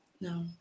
No